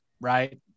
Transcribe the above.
right